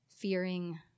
Fearing